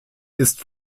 ist